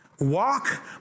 Walk